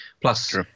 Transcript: Plus